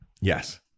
yes